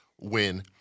win